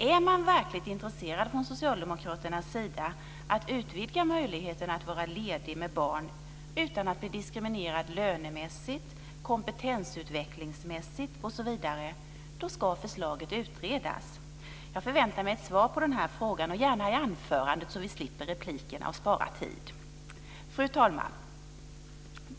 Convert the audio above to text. Är man verkligt intresserad från socialdemokraternas sida att utvidga möjligheten att vara ledig med barn utan att bli diskriminerad lönemässigt, kompetensutvecklingsmässigt, osv. ska förslaget utredas. Jag förväntar mig ett svar på frågan, och gärna i anförandet så att vi slipper replikerna och sparar tid. Fru talman!